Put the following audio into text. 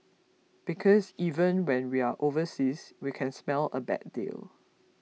because even when we are overseas we can smell a bad deal